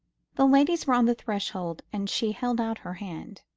the ladies were on the threshold and she held out her hand.